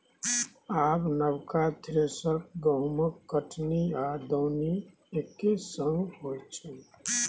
आब नबका थ्रेसर सँ गहुँमक कटनी आ दौनी एक्के संग होइ छै